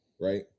Right